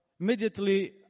immediately